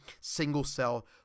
single-cell